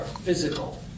physical